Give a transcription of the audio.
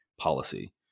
policy